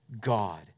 God